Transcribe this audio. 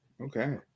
Okay